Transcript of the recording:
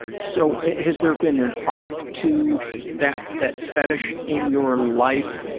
so, has there been an arc to that, that fetish in your life,